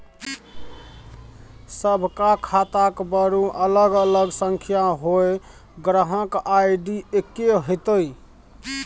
सभटा खाताक बरू अलग अलग संख्या होए ग्राहक आई.डी एक्के हेतै